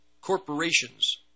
corporations